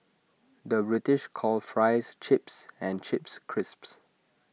the British calls Fries Chips and Chips Crisps